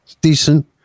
decent